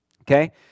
okay